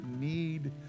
need